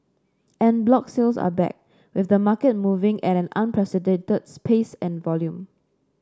en bloc sales are back with the market moving at an unprecedented pace and volume